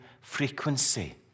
frequency